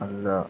അല്ല